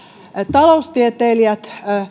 taloustieteilijät